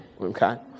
Okay